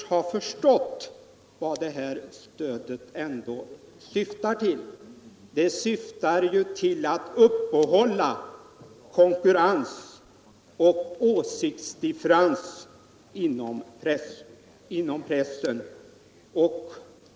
Sedan vill jag säga till herr Winberg att han här visar hur litet han tycks ha förstått av vad detta stöd ändå syftar till: att uppehålla konkurrens och åsiktsdifferens inom pressen.